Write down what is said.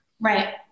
Right